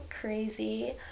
crazy